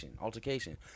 altercation